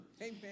Amen